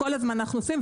כל הזמן אנחנו עושים,